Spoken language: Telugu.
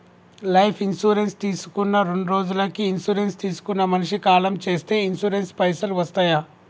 లైఫ్ ఇన్సూరెన్స్ తీసుకున్న రెండ్రోజులకి ఇన్సూరెన్స్ తీసుకున్న మనిషి కాలం చేస్తే ఇన్సూరెన్స్ పైసల్ వస్తయా?